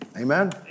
amen